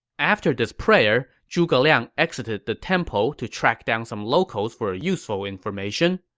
after this prayer, zhuge liang exited the temple to track down some locals for useful information.